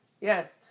Yes